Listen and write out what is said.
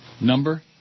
number